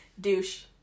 Douche